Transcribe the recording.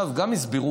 עכשיו גם הסבירו,